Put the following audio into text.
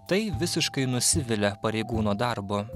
tai visiškai nusivilia pareigūno darbu